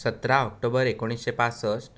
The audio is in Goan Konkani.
सतरा ऑक्टोबर एकुणीशें पाश्स्ट